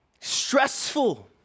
stressful